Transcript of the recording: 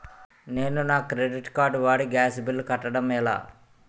నేను నా credit card వాడి గ్యాస్ బిల్లు కట్టడం ఎలా?